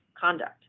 conduct